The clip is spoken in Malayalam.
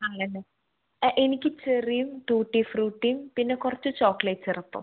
ആണല്ലേ എനിക്ക് ചെറിയും ടുട്ടി ഫ്രൂട്ടിയും പിന്നെ കുറച്ച് ചോക്ലേറ്റ് സിറപ്പും